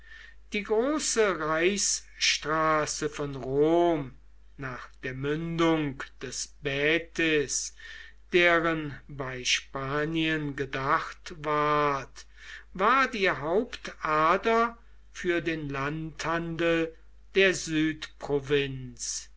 die große reichsstraße von rom nach der mündung des baetis deren bei spanien gedacht ward war die hauptader für den landhandel der